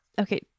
Okay